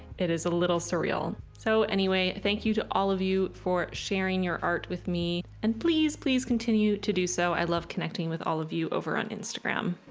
it is a little surreal so anyway, thank you to all of you for sharing your art with me and please please continue to do so i love connecting with all of you over on instagram